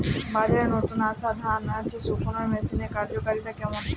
বাজারে নতুন আসা ধান শুকনোর মেশিনের কার্যকারিতা কেমন?